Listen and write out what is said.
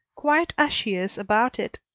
quiet as she is about it.